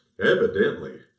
evidently